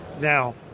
Now